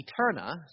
Eterna